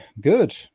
good